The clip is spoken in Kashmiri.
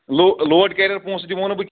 لو لوڈ کیریر پونٛسہٕ دِمو نہٕ بہٕ